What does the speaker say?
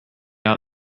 out